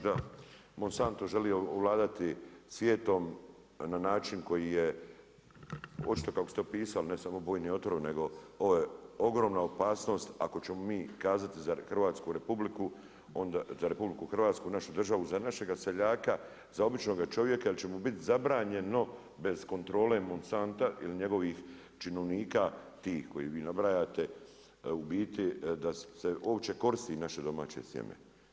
Da, Monsanto želi ovladati svijetom na način koji je očito kako ste opisali ne samo bojni otrov, nego ovo je ogromna opasnost ako ćemo mi kazati za RH, našu državu, za našega seljaka, za običnoga čovjeka jer će mu biti zabranjeno bez kontrole Monsanta ili njegovih činovnika, tih koje vi nabrajate u biti da se uopće koristi naše domaće sjeme.